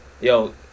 yo